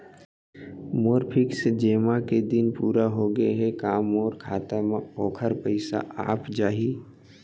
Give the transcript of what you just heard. मोर fix जेमा के दिन पूरा होगे हे का मोर खाता म वोखर पइसा आप जाही?